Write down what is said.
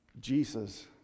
Jesus